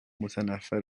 متنفر